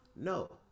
No